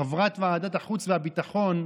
חברת ועדת החוץ והביטחון,